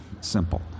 simple